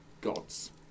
gods